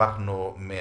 תמכנו לא